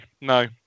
no